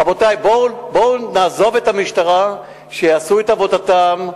רבותי, בואו נעזוב את המשטרה, שיעשו את עבודתם,